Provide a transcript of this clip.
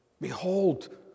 behold